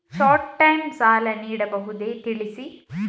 Short time ಸಾಲ ನೀಡಬಹುದೇ ತಿಳಿಸಿ?